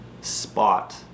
spot